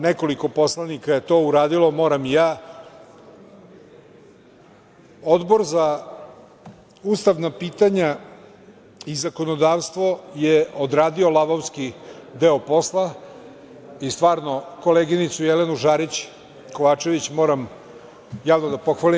Nekoliko poslanika je to uradilo, moram i ja, Odbor za ustavna pitanja i zakonodavstvo je odradio lavovski deo posla i stvarno koleginicu Jelenu Žarić Kovačević moram javno da pohvalim.